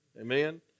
Amen